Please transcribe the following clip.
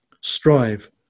strive